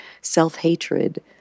self-hatred